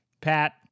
Pat